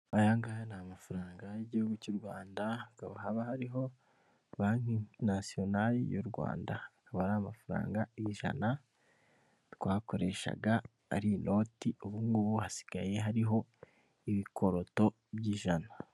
Aya ngaya ni amafaranga y'igihugu cy'u Rwanda hakaba hariho banki nasiyonali y'u Rwanda, akaba ari amafaranga ijana twakoreshaga ari inoti, ubu ngubu hasigaye hariho ibikoroto by'ijana.